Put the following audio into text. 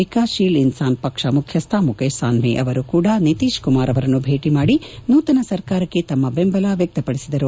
ಎಕಾಸ್ ಶೀಲ್ ಇನ್ಸಾನ್ ಪಕ್ಷ ಎಐಪಿ ಮುಖ್ಯಸ್ವ ಮುಖೇಶ್ ಸಾನ್ವಿ ಆವರು ಕೂಡ ನಿಟೀಶ್ ಕುಮಾರ್ ಆವರನ್ನು ಭೇಟಿ ಮಾಡಿ ನೂತನ ಸರ್ಕಾರಕ್ಕೆ ತಮ್ಮ ಬೆಂಬಲ ವ್ವಕ್ತಪಡಿಸಿದರು